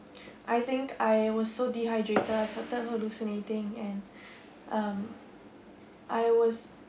I think I was so dehydrated I started hallucinating and um I was